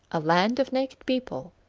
a land of naked people,